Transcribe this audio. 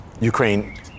Ukraine